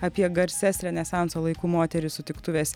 apie garsias renesanso laikų moteris sutiktuvės